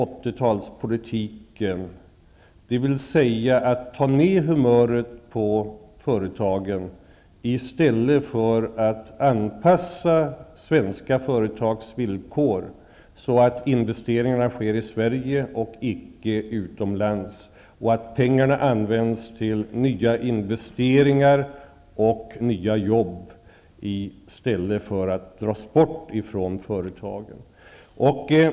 talspolitiken, dvs. att ta ner humöret på företagen, i stället för att anpassa svenska företags villkor så att investeringarna sker i Sverige och icke utomlands och så att pengarna används för nya investeringar och nya jobb i stället för att dras bort från företagen.